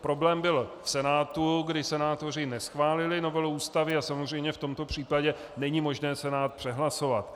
Problém byl v Senátu, kdy senátoři neschválili novelu Ústavy, a samozřejmě v tomto případě není možné Senát přehlasovat.